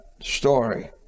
story